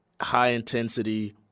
high-intensity